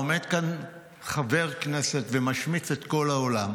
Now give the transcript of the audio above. עומד כאן חבר כנסת ומשמיץ את כל העולם,